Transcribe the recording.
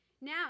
Now